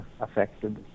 affected